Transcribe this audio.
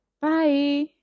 Bye